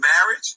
marriage